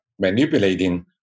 manipulating